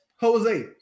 Jose